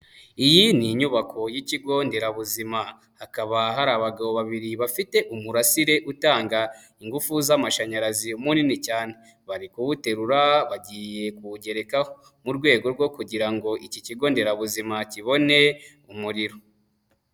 Iyi ni inyubako y'ikigo nderabuzima hakaba hari abagabo babiri bafite umurasire utanga ingufu z'amashanyarazi munini cyane, bari kuwuterura bagiye kuwugerekaho mu rwego rwo kugira ngo iki kigo nderabuzima kibone umuriro.